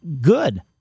good